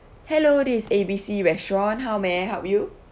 hello this is A_B_C restaurant how may I help you